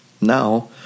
Now